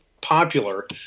popular